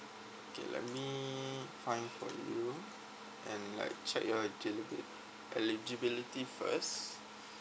okay let me find for you and like check your eligibility eligibility first